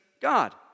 God